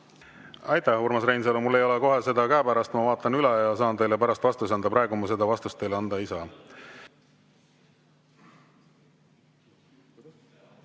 Aitäh, Urmas Reinsalu! Mul ei ole seda [otsust] praegu käepärast. Ma vaatan üle ja saan teile pärast vastuse anda. Praegu ma seda vastust teile anda ei saa.